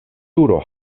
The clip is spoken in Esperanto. turo